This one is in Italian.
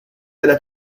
della